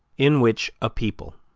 in which a people,